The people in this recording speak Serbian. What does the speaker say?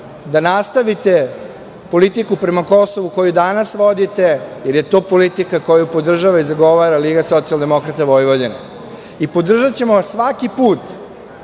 da nastavite politiku prema Kosovu koju danas vodite, jer je to politika koju podržava i zagovara Liga socijaldemokrata Vojvodine. I podržaćemo vas svaki put